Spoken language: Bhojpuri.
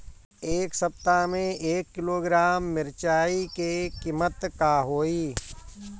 एह सप्ताह मे एक किलोग्राम मिरचाई के किमत का होई?